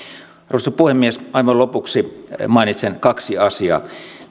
arvoisa puhemies aivan lopuksi mainitsen kaksi asiaa